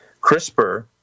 CRISPR